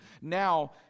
Now